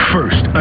First